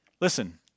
Listen